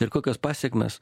ir kokias pasekmes